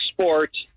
sports